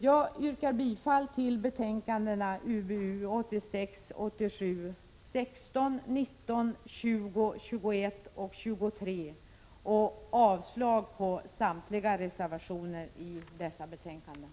Jag yrkar bifall till hemställan i betänkandena UbU 1986/87:16, 19, 20, 21 och 23 och avslag på samtliga reservationer i dessa betänkanden.